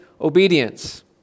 obedience